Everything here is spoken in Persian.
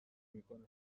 میکنه